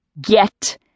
Get